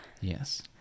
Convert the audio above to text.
Yes